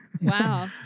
Wow